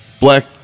black